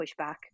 pushback